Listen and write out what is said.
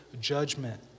judgment